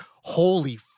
Holy